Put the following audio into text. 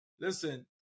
Listen